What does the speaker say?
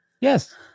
Yes